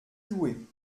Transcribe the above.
jouer